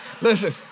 Listen